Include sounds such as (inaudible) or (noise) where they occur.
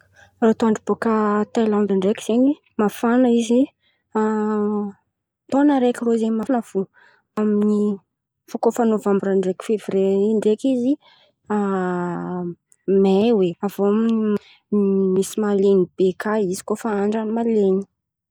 Toetr'andra bôkà Tailandy ndraiky zen̈y mafan̈a izy (hesitation) taon̈o araiky zen̈y irô mafan̈a fo. Fa kôa efa novambra ndraiky fevrie in̈y ndraiky izy (hesitation) may hoe avy iô (hesitation) misy mahalen̈y be koà izy kôa efa andran'ny mahalen̈y.